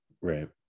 Right